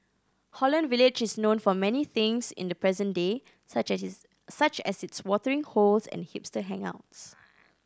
Holland Village is known for many things in the present day such as such as its watering holes and hipster hangouts